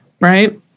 Right